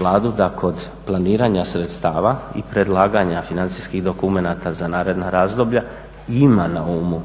Vladu da kod planiranja sredstava i predlaganja financijskih dokumenata za naredna razdoblja ima na umu